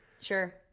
Sure